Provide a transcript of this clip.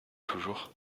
toujours